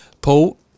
Paul